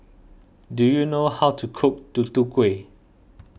do you know how to cook Tutu Kueh